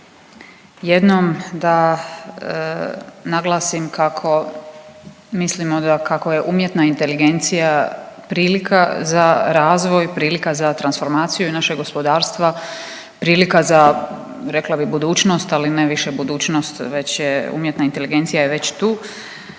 jednom da naglasim kako mislimo da kako je umjetna inteligencija prilika za razvoj, prilika za transformaciju našeg gospodarstva, prilika za rekla bi budućnost, ali ne više budućnost već je, umjetna inteligencija je već tu